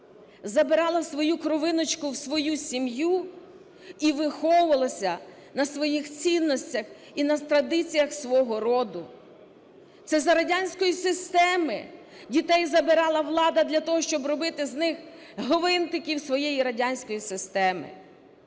забирала свою кровиночку в свою сім'ю і виховувала на своїх цінностях і на традиціях свого роду. Це за радянської системи дітей забирала влада для того, щоб робити з них гвинтиків своєї радянської системи.